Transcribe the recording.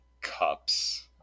cups